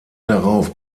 darauf